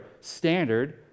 standard